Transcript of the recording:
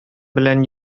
белән